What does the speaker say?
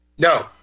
no